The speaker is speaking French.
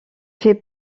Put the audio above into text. fait